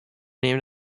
named